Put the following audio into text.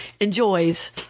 enjoys